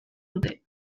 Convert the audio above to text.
dute